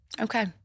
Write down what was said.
okay